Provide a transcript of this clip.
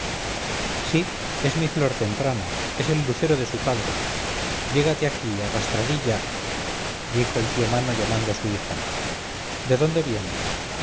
sí es mi flor temprana es el lucero de su padre llégate aquí arrastradilla dijo el tío mano llamando a su hija de dónde vienes